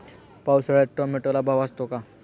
पावसाळ्यात टोमॅटोला भाव असतो का?